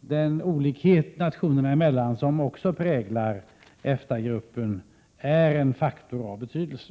De olikheter nationerna emellan Prot. 1987/88:114 som också präglar EFTA-gruppen är en faktor av betydelse.